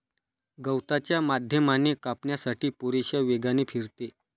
गवताच्या माध्यमाने कापण्यासाठी पुरेशा वेगाने फिरते